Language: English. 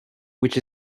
which